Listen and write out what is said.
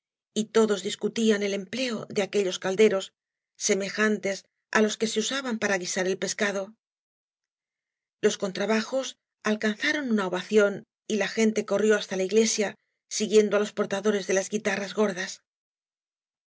y todos discü tian el empleo de aquellos calderos semejantes á los que se usaban para guisar el pescado los contrabajos alcanzaron una ovación y la gente corrió hasta la iglesia siguiendo á los portadores de las guitarras gordas